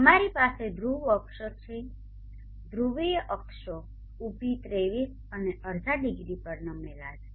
અમારી પાસે ધ્રુવ અક્ષો છે ધ્રુવીય અક્ષો ઉભી 23 અને અડધા ડિગ્રી પર નમેલા છે